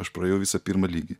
aš praėjau visą pirmą lygį